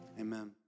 amen